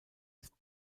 ist